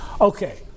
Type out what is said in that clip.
Okay